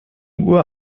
uhr